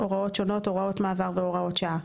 הוראות שונות, הוראת מעבר והוראות שעה.